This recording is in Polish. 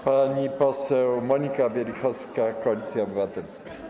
Pani poseł Monika Wielichowska, Koalicja Obywatelska.